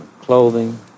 clothing